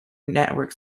network